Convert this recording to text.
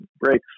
breaks